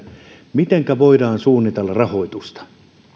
mitenkä voidaan suunnitella rahoitusta